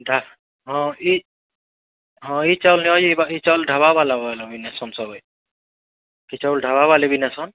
ଇ'ଟା ହଁ ଇ ହଁ ଇ ଚାଉଲ୍ ନେବା ଯେ ଏ ବା ଇ ଚାଉଲ୍ ଢାବା ବାଲା ବାଲେ ବି ନେସନ୍ ସଭେ ଇ ଚାଉଲ୍ ଢାବା ବାଲେ ନେସନ୍